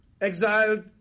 exiled